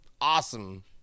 awesome